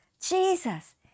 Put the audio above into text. Jesus